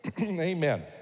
Amen